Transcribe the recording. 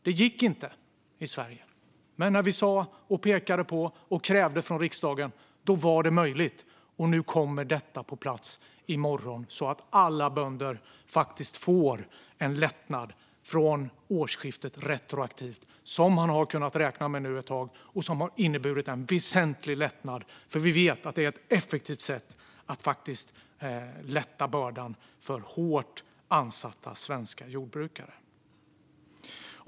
Det gick inte i Sverige. Men när vi sa och pekade på och krävde det från riksdagens sida, då var det möjligt. Nu kommer detta på plats så att alla bönder faktiskt får en lättnad retroaktivt från årsskiftet som man har kunnat räkna med ett tag nu. Det har inneburit en väsentlig lättnad, för vi vet att det är ett effektivt sätt att lätta bördan för hårt ansatta svenska jordbrukare.